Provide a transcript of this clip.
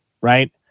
right